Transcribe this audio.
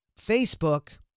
Facebook